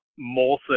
Molson